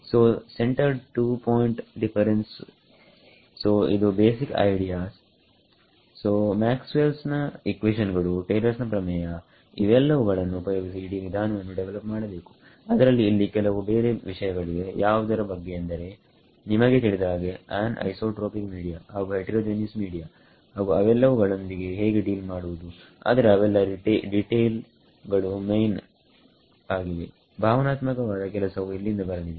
ಸೋಸೆಂಟರ್ಡ್ two point difference ಸೋಇದು basic ideas so Maxwell ನ equation ಗಳು ಟೈಲರ್ಸ್ ನ ಪ್ರಮೇಯ ಇವೆಲ್ಲವುಗಳನ್ನು ಉಪಯೋಗಿಸಿ ಇಡೀ ವಿಧಾನವನ್ನು ಡೆವಲಪ್ ಮಾಡಬೇಕು ಅದರಲ್ಲಿ ಇಲ್ಲಿ ಕೆಲವು ಬೇರೆ ವಿಷಯಗಳಿವೆ ಯಾವುದರ ಬಗ್ಗೆ ಎಂದರೆ ನಿಮಗೆ ತಿಳಿದ ಹಾಗೆ ಆನ್ಐಸೋಟ್ರೋಪಿಕ್ ಮೀಡಿಯ ಹಾಗು ಹೆಟೆರೊಜೀನಿಯಸ್ ಮೀಡಿಯ ಹಾಗು ಅವೆಲ್ಲವುಗಳೊಂದಿಗೆ ಹೇಗೆ ಡೀಲ್ ಮಾಡುವುದು ಆದರೆ ಅವೆಲ್ಲಾ ಡೀಟೇಲ್ ಗಳು ಮೈನ್ ಭಾವನಾತ್ಮಕವಾದ ಕೆಲಸ ವು ಇಲ್ಲಿಂದ ಬರಲಿದೆ